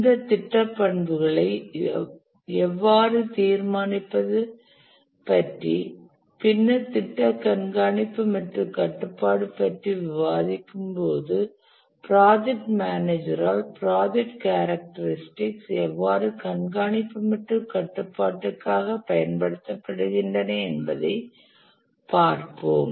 இந்த திட்ட பண்புகளை எவ்வாறு தீர்மானிப்பதை பற்றி பார்ப்போம் பின்னர் திட்ட கண்காணிப்பு மற்றும் கட்டுப்பாடு பற்றி விவாதிக்கும்போதுப்ராஜெக்ட் மேனேஜரால் ஆல் ப்ராஜெக்ட் கேரக்டரிஸ்டிகஸ் எவ்வாறு கண்காணிப்பு மற்றும் கட்டுப்பாட்டுக்காக பயன்படுத்தப்படுகின்றன என்பதைப் பார்ப்போம்